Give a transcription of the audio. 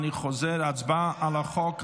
אני חוזר: ההצבעה על החוק,